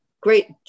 Great